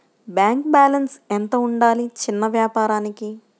Bank balance ఎంత ఉండాలి చిన్న వ్యాపారానికి?